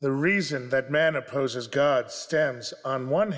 the reason that man opposes god stands on one